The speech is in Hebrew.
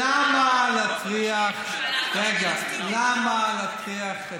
למה להטריח את סגן השר לבוא, אנחנו אופטימיים.